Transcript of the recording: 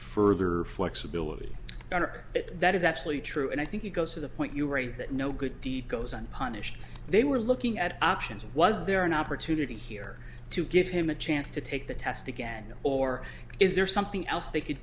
further flexibility or that is actually true and i think it goes to the point you raised that no good deed goes unpunished they were looking at options was there an opportunity here to give him a chance to take the test again or is there something else they could